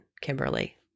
Kimberly